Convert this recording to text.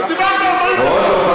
דיברת 40 דקות.